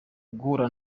guhura